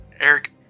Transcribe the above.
Eric